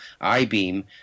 I-beam